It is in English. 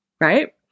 right